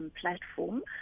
platform